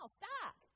stop